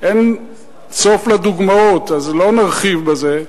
אין סוף לדוגמאות, אז לא נרחיב בזה.